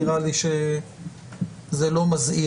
נראה לי שזה לא מזהיר.